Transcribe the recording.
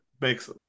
makes